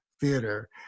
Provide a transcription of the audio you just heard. Theater